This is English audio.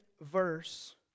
verse